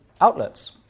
outlets